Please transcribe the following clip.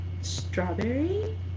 Strawberry